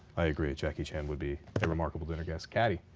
i agree. jackie chan would be a remarkable dinner guest. catty?